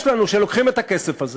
יש לנו שלוקחים את הכסף הזה